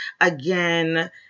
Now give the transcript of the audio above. again